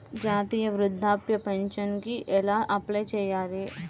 జాతీయ వృద్ధాప్య పింఛనుకి ఎలా అప్లై చేయాలి?